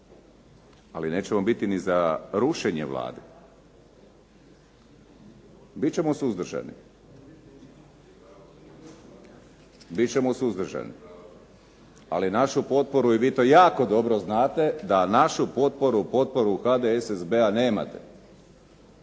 ali nećemo biti ni za rušenje Vlade. Bit ćemo suzdržani. Ali našu potporu i vi to jako dobro znate, da našu potporu, potporu HDSSB-a nemate.